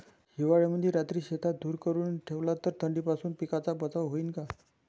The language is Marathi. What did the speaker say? हिवाळ्यामंदी रात्री शेतात धुर करून ठेवला तर थंडीपासून पिकाचा बचाव होईन का?